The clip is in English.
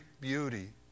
beauty